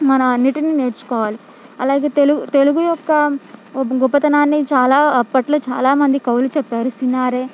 మనం అన్నిటిని నేర్చుకోవాలి అలాగే తెలుగు తెలుగు యొక్క ఓ గొప్పతనాన్ని చాలా అప్పట్లో చాలా మంది కవులు చెప్పారు సినారే